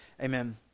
Amen